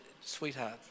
sweetheart